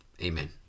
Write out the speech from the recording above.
Amen